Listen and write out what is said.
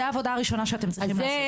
זאת העבודה הראשונה שאתם צריכים לעשות.